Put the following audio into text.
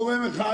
גורם אחד